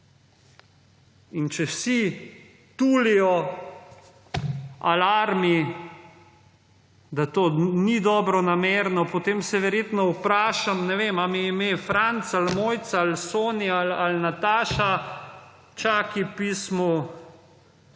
in če vsi alarmi tulijo, da to ni dobronamerno, potem se verjetno vprašam, ne vem, ali mi je ime Franc ali Mojca ali Soni Ali Nataša… Čakaj, pismo,